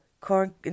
corn